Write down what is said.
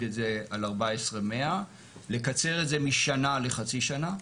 את זה על 14,100. לקצר את זה משנה לחצי שנה,